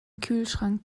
kühlschrank